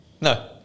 No